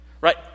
Right